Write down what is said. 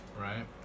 right